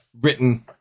written